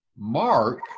Mark